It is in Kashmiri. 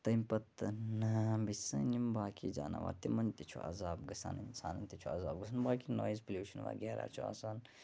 تمہِ پَتَن بیٚیہِ چھِ آسان یِم باقٕے جاناوَر تِمَن تہِ چھُ عَذاب گَژھان اِنسانَن تہِ چھُ عَذاب گَژھان باقٕے نویِز پوٚلیٚوشَن وَغیرہ چھُ آسان